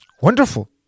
Wonderful